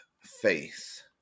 faith